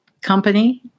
company